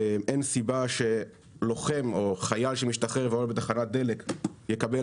אין סיבה שלוחם או חייל שמשתחרר ועובד בתחנת דלק יקבל